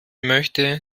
möchte